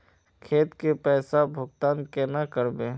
खेत के पैसा भुगतान केना करबे?